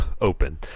open